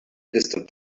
distant